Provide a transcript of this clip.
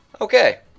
Okay